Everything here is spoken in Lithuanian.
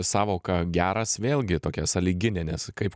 sąvoka geras vėlgi tokia sąlyginė nes kaip